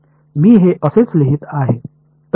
मी हे असेच लिहीत आहे